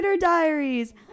Diaries